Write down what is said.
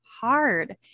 hard